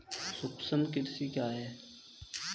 सूक्ष्म कृषि क्या है?